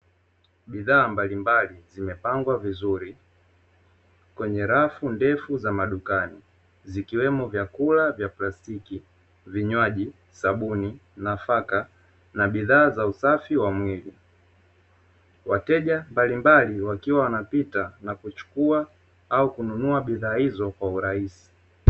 Bodhaa mbalimbali zimepangwa vizuri kwenye rafu ndefu za madukani zikiwemo: vyakula vya plastiki, vinywaji, sabuni, nafaka na bidhaa za usafi wa mwili. Wateja mbalimbali wakiwa wanapita na kuchukua au kununua bidhaa hizo kwa urahisi.